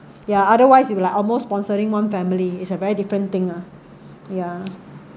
yeah otherwise you'll be like almost sponsoring one family it's a very different thing ah ya